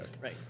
Right